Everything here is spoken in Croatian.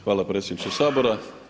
Hvala predsjedniče Sabora.